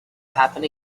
happen